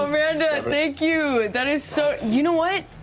amanda, thank you. that is so, you know what?